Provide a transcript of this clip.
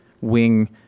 wing